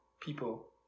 people